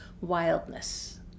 wildness